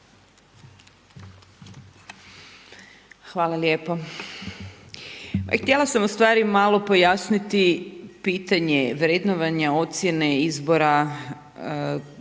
Hvala lijepo. Htjela sam ustvari malo pojasniti pitanje vrednovanja ocjene izbora